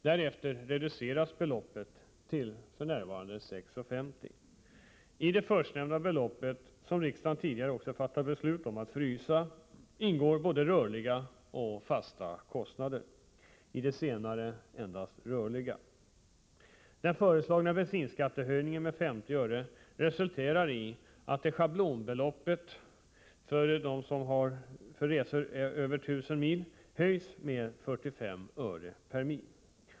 Därefter reduceras beloppet till 6,50 kr. I det förstnämnda beloppet, som riksdagen tidigare fattat beslut om att frysa, ingår både rörliga och fasta kostnader — i det senare endast rörliga kostnader. Den föreslagna bensinskattehöjningen med 50 öre resulterar i att schablonbeloppet för de 19000 första milen höjs med 45 öre per mil.